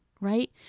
right